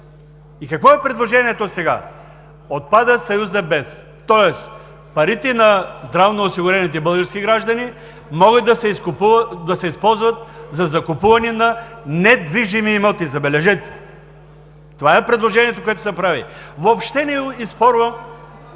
И какво е предложението сега? Отпада съюзът „без“, тоест парите на здравноосигурените български граждани могат да се използват за закупуване на недвижими имоти. Забележете! Това е предложението, което се прави. Въобще не оспорвам